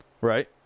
right